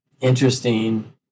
interesting